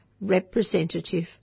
representative